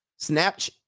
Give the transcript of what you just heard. Snapchat